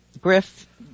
Griff